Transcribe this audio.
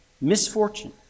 misfortune